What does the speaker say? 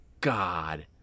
God